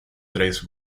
tres